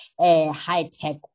high-tech